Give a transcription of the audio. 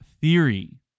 theory